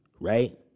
right